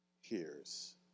hears